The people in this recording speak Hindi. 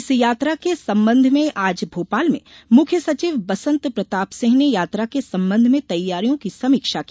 इस यात्रा के सम्बंध में आज भोपाल में मुख्य सचिव बसंत प्रताप सिंह ने यात्रा के सम्बंध में तैयारियों की समीक्षा की